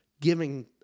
giving